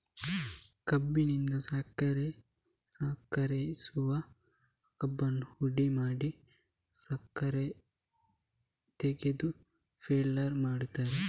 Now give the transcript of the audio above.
ಕಬ್ಬಿನಿಂದ ಸಕ್ಕರೆ ಸಂಸ್ಕರಿಸುವಾಗ ಕಬ್ಬನ್ನ ಹುಡಿ ಮಾಡಿ ರಸ ತೆಗೆದು ಫಿಲ್ಟರ್ ಮಾಡ್ತಾರೆ